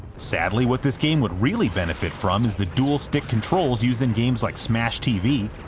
sadly, what this game would really benefit from is the dual-stick controls used in games like smash tv,